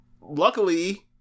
luckily